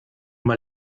mal